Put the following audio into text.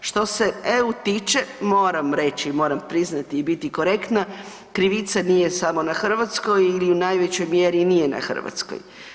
Što se EU tiče moram reći i moram priznati i biti korektna krivica nije samo na Hrvatskoj ili u najvećoj mjeri nije na Hrvatskoj.